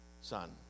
son